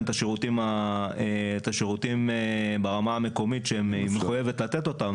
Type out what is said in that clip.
את השירותים ברמה המקומית שהיא מחויבת לתת אותם,